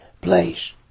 place